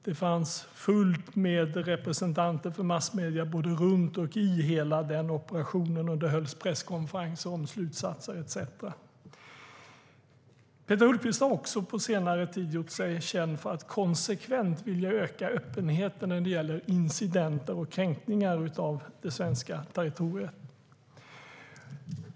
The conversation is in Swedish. Det fanns fullt med representanter för massmedier både runt och i hela den operationen. Det hölls presskonferenser om slutsatser etcetera. Peter Hultqvist har också på senare tid gjort sig känd för att konsekvent vilja öka öppenheten när det gäller incidenter och kränkningar av det svenska territoriet.